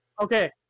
Okay